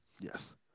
Yes